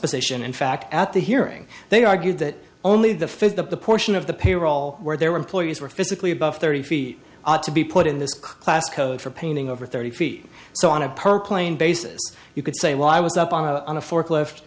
position in fact at the hearing they argued that only the fifth of the portion of the payroll where their employees were physically about thirty feet ought to be put in this class code for painting over thirty feet so on a per plane basis you could say well i was up on a forklift